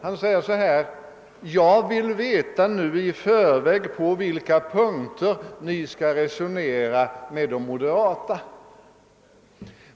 Han säger: Jag vill nu i förväg veta på vilka punkter ni tänker resonera med de moderata efter valet.